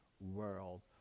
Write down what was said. world